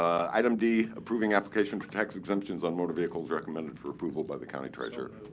item d, approving applications for tax exemptions on motor vehicles recommended for approval by the county treasurer.